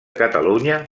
catalunya